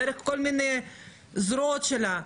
דרך כל מיני זרועות שלה,